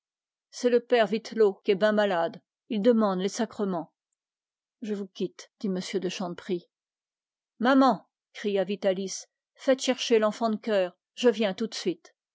c'est le père vittelot qu'est ben malade il demande les sacrements je vous quitte dit m de chanteprie maman cria vitalis faites chercher l'enfant de chœur je viens tout de suite